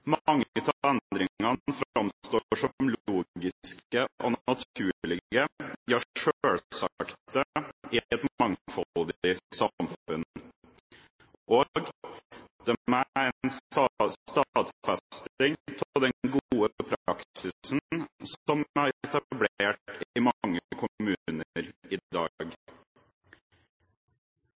framstår som logiske og naturlige, ja selvsagte, i et mangfoldig samfunn. Og de er en stadfesting av den gode praksisen som er etablert i mange kommuner i dag.